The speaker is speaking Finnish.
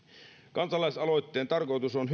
kansalaisaloitteen tarkoitus on